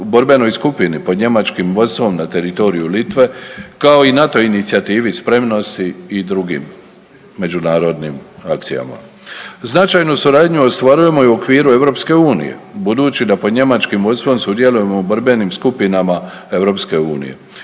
u borbenoj skupini pod njemačkim vodstvom na teritoriju Litve, kao i NATO Inicijativi spremnosti i drugim međunarodnim akcijama. Značajnu suradnju ostvarujemo i u okviru EU, budući da pod njemačkim vodstvom sudjelujemo u borbenim skupinama EU.